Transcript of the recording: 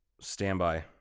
Standby